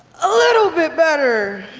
a little bit better.